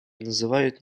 называют